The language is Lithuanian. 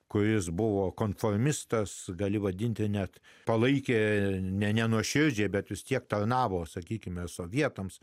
kuris buvo konformistas gali vadinti net palaikė nenuoširdžią bet vis tiek tarnavo sakykime sovietams